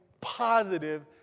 positive